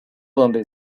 donde